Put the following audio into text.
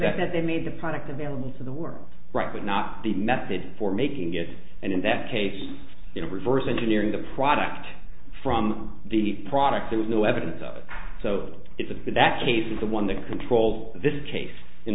that they made the product available to the world right but not the method for making it and in that case you know reverse engineering the product from the product there was no evidence of it so it's a bit that case is the one to control this case in